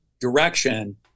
direction